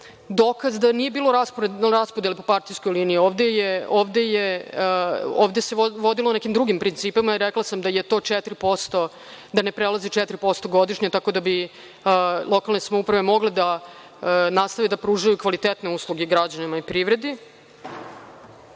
dokaz da nije bilo raspodele po partijskoj liniji, ovde se vodilo nekim drugim principima. Rekla sam da ne prelazi 4% godišnje tako da bi lokalne samouprave mogle da nastave da pružaju kvalitetne usluge građanima u privredi. Što